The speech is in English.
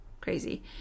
crazy